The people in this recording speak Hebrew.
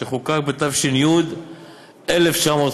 שחוקק בתש"י 1950,